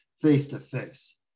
face-to-face